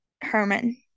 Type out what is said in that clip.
Herman